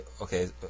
okay